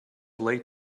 late